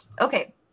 Okay